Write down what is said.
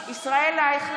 (קוראת בשמות חברי הכנסת) ישראל אייכלר,